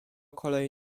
kolej